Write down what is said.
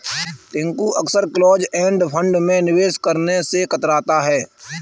टिंकू अक्सर close end fund में निवेश करने से कतराता है